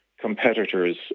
competitors